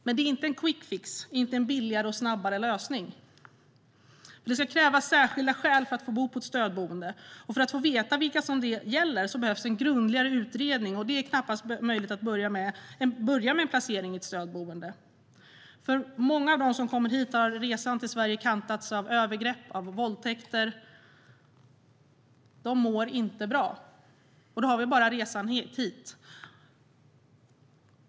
Men det är inte en quick fix, inte en billigare och snabbare lösning. Det ska krävas särskilda skäl för att få bo på ett stödboende. Och för att få veta vilka det gäller behövs en grundligare utredning, och det är knappast möjligt att börja med en placering i ett stödboende. För många av dem som kommer hit har resan till Sverige kantats av övergrepp och våldtäkter. De mår inte bra. Då har vi bara pratat om resan hit.